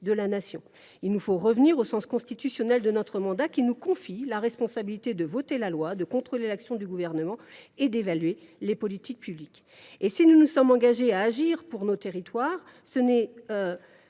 de la Nation. Il nous faut revenir au sens constitutionnel de notre mandat qui nous confie la responsabilité de voter la loi, de contrôler l’action du Gouvernement et d’évaluer les politiques publiques. Si nous nous sommes engagés à agir pour nos territoires, nous